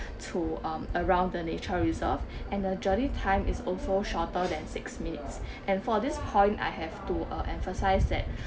to um around the nature reserve and a journey time is also shorter than six minutes and for this point I have to uh emphasise that